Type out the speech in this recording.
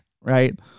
Right